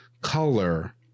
color